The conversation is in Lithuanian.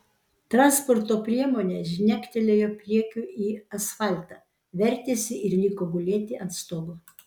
transporto priemonė žnektelėjo priekiu į asfaltą vertėsi ir liko gulėti ant stogo